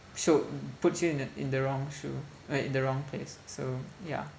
sho~ put you in the in the wrong shoe uh in the wrong place so ya